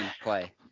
play